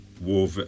war